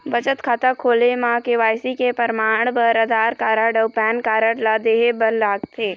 बचत खाता खोले म के.वाइ.सी के परमाण बर आधार कार्ड अउ पैन कार्ड ला देहे बर लागथे